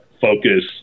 focus